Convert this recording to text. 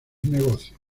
negocios